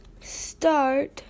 start